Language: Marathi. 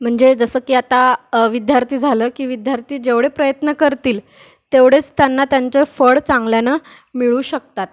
म्हणजे जसं की आता विद्यार्थी झालं की विद्यार्थी जेवढे प्रयत्न करतील तेवढेच त्यांना त्याचं फळ चांगल्यानं मिळू शकतात